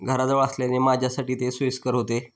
घराजवळ असल्याने माझ्यासाठी ते सोयीस्कर होते